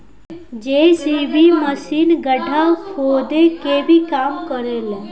JCB machine गड्ढा खोदे के भी काम करे ला